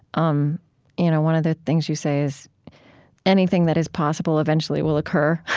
um you know one of the things you say is anything that is possible eventually will occur.